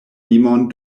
limon